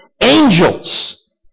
angels